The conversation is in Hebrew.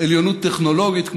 עליונות טכנולוגית,